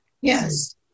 yes